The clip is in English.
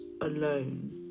alone